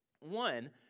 One